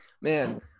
man